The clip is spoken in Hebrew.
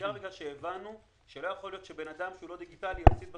בעיקר בגלל שהבנו שלא יכול להיות שבן אדם שהוא לא דיגיטלי יפסיד את